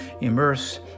immerse